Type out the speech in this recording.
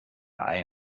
ein